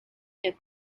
the